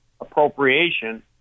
appropriation